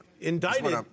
Indicted